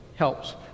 helps